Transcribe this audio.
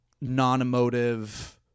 non-emotive